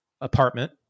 apartment